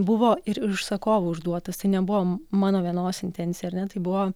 buvo ir užsakovų užduotas tai nebuvo mano vienos intencija ar ne tai buvo